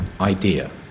idea